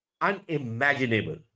unimaginable